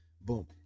boom